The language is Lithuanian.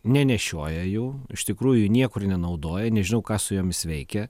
nenešioja jų iš tikrųjų jų niekur nenaudoja nežinau ką su jomis veikia